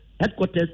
headquarters